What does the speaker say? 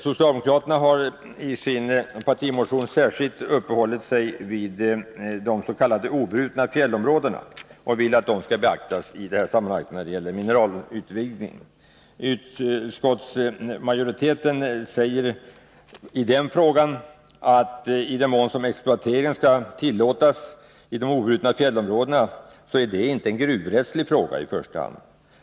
Socialdemokraterna har i sin partimotion särskilt uppehållit sig vid de s.k. obrutna fjällområdena. De vill att dessa skall beaktas i detta sammanhang när det gäller mineralutvinning. Utskottsmajoriteten säger i den frågan att i den mån som exploatering skall tillåtas i de obrutna fjällområdena är detta inte i första hand en gruvrättslig fråga.